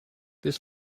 this